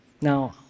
Now